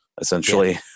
essentially